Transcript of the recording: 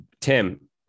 Tim